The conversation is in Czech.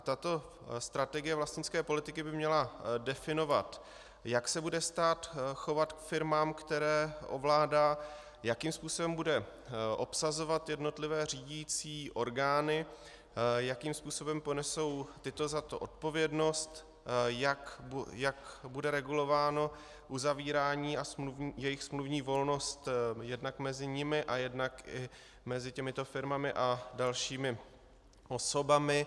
Tato strategie vlastnické politiky by měla definovat, jak se bude stát chovat k firmám, které ovládá, jakým způsobem bude obsazovat jednotlivé řídicí orgány, jakým způsobem ponesou tyto za to odpovědnost, jak bude regulováno uzavírání a jejich smluvní volnost jednak mezi nimi a jednak i mezi těmito firmami a dalšími osobami.